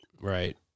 right